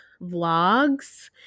vlogs